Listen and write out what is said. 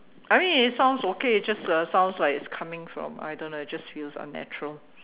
I mean it sounds okay just uh sounds like it's coming from I don't know it just feels unnatural